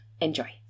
Enjoy